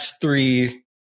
three